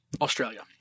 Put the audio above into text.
Australia